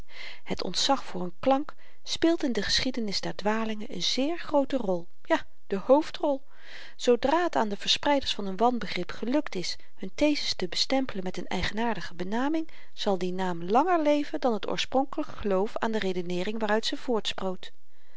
het ontzag voor n klank speelt in de geschiedenis der dwalingen een zeer groote rol ja de hoofdrol zoodra het aan de verspreiders van n wanbegrip gelukt is hun theses te stempelen met n eigenaardige benaming zal die naam langer leven dan t oorspronkelyk geloof aan de redeneering waaruit ze voortsproot